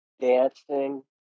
dancing